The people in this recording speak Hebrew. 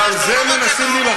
זו בדיוק הבעיה, שאתה לא רוצה תחרות.